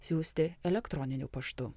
siųsti elektroniniu paštu